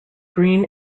green